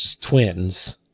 twins